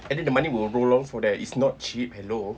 and then the money will rill on from there it's not cheap hello